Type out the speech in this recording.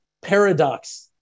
paradox